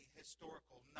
historical